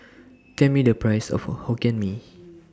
Tell Me The Price of Hokkien Mee